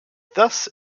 thus